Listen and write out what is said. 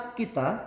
kita